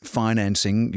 financing